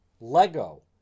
Lego